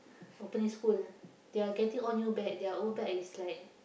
opening school they are getting all new bag their old bag is like